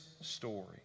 story